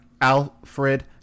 Alfred